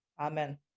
amen